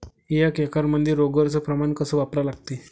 एक एकरमंदी रोगर च प्रमान कस वापरा लागते?